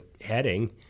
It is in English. heading